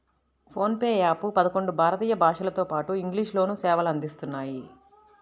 phone pay app పదకొండు భారతీయ భాషలతోపాటు ఇంగ్లీష్ లోనూ సేవలు అందిస్తున్నాయి